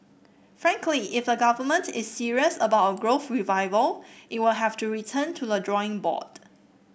frankly if the government is serious about a growth revival it will have to return to the drawing board